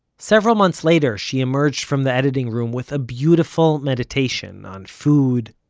several months later she emerged from the editing room with a beautiful meditation on food,